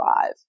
five